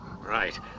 Right